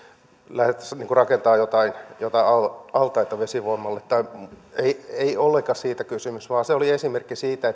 lähdettäisiin rakentamaan jotain jotain altaita vesivoimalle ei ollenkaan siitä kysymys vaan se oli esimerkki siitä